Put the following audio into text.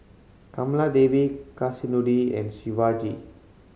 Kamaladevi Kasinadhuni and Shivaji